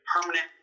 permanent